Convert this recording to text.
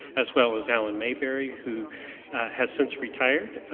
as well as alan mayberry who has since retired.